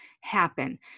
happen